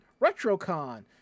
RetroCon